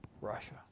Russia